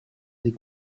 des